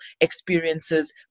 experiences